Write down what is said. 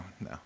no